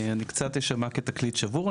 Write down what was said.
אני קצת אשמע כתקליט שבור,